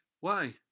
Why